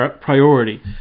priority